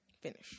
finish